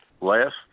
last